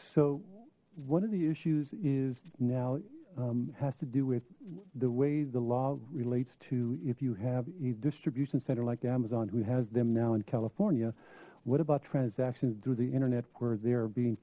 of the issues is now has to do with the way the law relates to if you have a distribution center like the amazon who has them now in california what about transactions through the internet where they're being